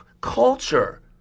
culture